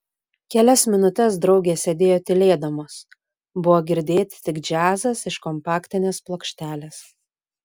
kelias minutes draugės sėdėjo tylėdamos buvo girdėti tik džiazas iš kompaktinės plokštelės